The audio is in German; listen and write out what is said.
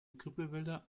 grippewelle